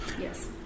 Yes